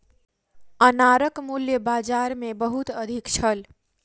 अनारक मूल्य बाजार मे बहुत अधिक छल